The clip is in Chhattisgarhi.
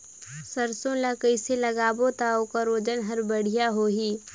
सरसो ला कइसे लगाबो ता ओकर ओजन हर बेडिया होही?